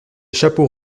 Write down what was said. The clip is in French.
chapeaux